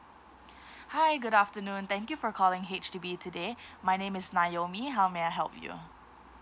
hi good afternoon thank you for calling H_D_B today my name is naomi how may I help you